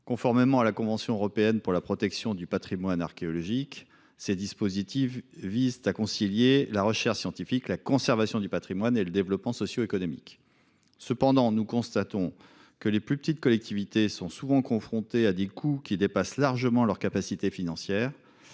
Conformément à la convention européenne pour la protection du patrimoine archéologique, ces dispositifs visent à concilier la recherche scientifique, la conservation du patrimoine et le développement socioéconomique. Cependant, nous constatons que les plus petites collectivités sont souvent confrontées à des coûts dépassant largement leurs capacités financières.